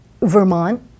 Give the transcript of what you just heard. Vermont